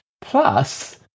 plus